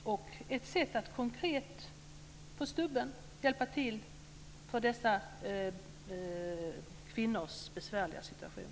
Det är ett sätt att hjälpa till konkret och på stubben och förbättra dessa kvinnors besvärliga situation.